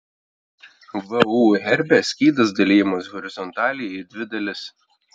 vu herbe skydas dalijamas horizontaliai į dvi dalis